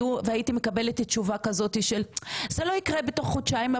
והייתי מקבלת תשובה כזו של "הפתרון לא יקרה תוך חודשיים,